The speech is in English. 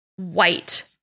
white